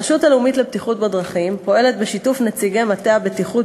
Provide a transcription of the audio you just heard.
הרשות הלאומית לבטיחות בדרכים פועלת בשיתוף נציגי מטה הבטיחות